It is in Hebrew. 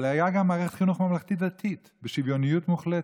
אבל הייתה גם מערכת חינוך ממלכתית-דתית בשוויוניות מוחלטת.